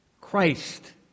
Christ